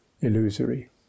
illusory